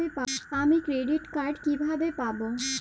আমি credit card কিভাবে পাবো?